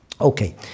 Okay